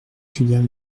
julien